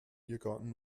irrgarten